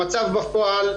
המצב בפועל,